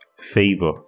Favor